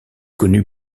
connu